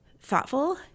thoughtful